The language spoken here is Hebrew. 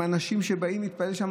מאנשים שבאים להתפלל שם,